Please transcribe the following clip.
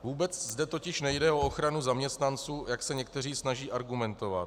Vůbec zde totiž nejde o ochranu zaměstnanců, jak se někteří snaží argumentovat.